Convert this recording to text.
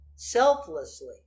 selflessly